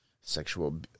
sexual